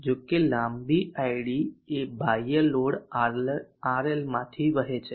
જો કે લાંબી id એ બાહ્ય લોડ RL માંથી વહે છે